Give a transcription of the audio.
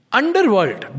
underworld